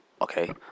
okay